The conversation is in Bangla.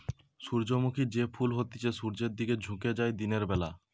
সূর্যমুখী যে ফুল হতিছে সূর্যের দিকে ঝুকে যায় দিনের বেলা